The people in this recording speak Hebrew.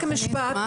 רק משפט,